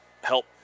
help